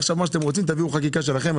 עכשיו תביאו חקיקה שלכם".